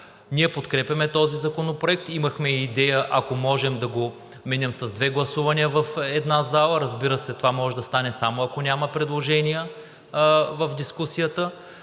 Ние подкрепяме този законопроект. Имахме идея, ако можем да минем с две гласувания в едно заседание в залата. Разбира се, това може да стане, само ако няма предложения в дискусията.